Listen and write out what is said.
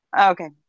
Okay